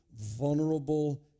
vulnerable